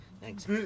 thanks